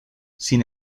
sin